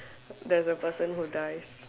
then the person who dies